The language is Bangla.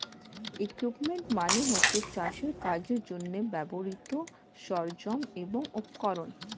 ইকুইপমেন্ট মানে হচ্ছে চাষের কাজের জন্যে ব্যবহৃত সরঞ্জাম এবং উপকরণ